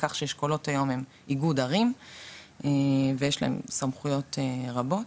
לכך שאשכולות היום הם איגוד ערים ויש להם סמכויות רבות,